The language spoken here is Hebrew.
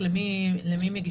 זו הפשרה שמתכתבת עם הסעיף הבא למה